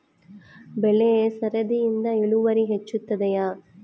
ಬೆಳೆ ಸರದಿಯಿಂದ ಇಳುವರಿ ಹೆಚ್ಚುತ್ತದೆಯೇ?